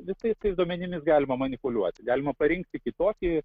visai tais duomenimis galima manipuliuoti galima parinkti kitokį